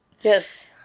Yes